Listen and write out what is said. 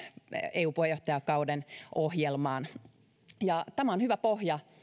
eu puheenjohtajakauden ohjelmaan tämä on hyvä pohja